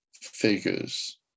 figures